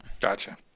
gotcha